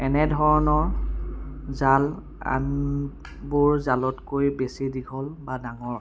এনেধৰণৰ জাল আনবোৰ জালতকৈ বেছি দীঘল বা ডাঙৰ হয়